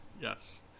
yes